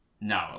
no